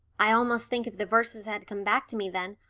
i almost think if the verses had come back to me then,